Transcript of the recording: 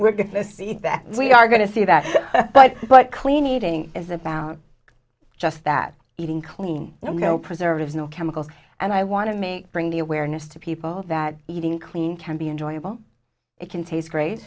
we're going to see that we are going to see that but but clean eating is about just that eating clean no preservatives no chemicals and i want to make bring the awareness to people that eating clean can be enjoyable it can taste gr